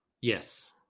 Yes